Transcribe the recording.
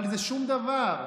אבל זה שום דבר.